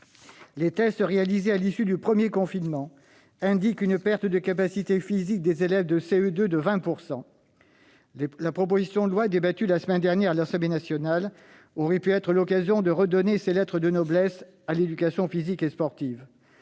Les tests réalisés à l'issue du premier confinement indiquent une perte de capacité physique des élèves de CE2 de l'ordre de 20 %. La proposition de loi débattue la semaine dernière à l'Assemblée nationale aurait pu être l'occasion de redonner ses lettres de noblesse à l'éducation physique et sportive.